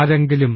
ആരെങ്കിലും